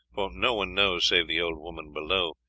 for no one knows, save the old woman below,